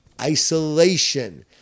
Isolation